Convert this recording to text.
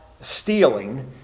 stealing